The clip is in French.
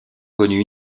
connus